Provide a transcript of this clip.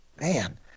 man